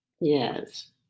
Yes